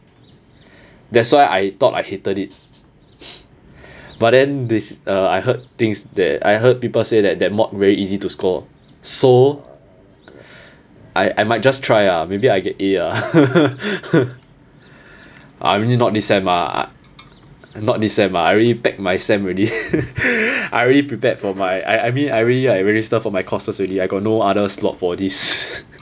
that's why I thought I hated it but then this uh I heard things that I heard people say that that mod very easy to score so I I might just try ah maybe I get a ah maybe not this sem ah not this sem ah I already pack my sem already I already prepared for my I I I mean I already registered for my courses already I got no other slot for this